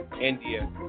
India